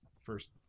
first